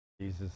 Jesus